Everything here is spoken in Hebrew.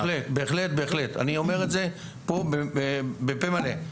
בהחלט, בהחלט, אני אומר את זה בפה מלא.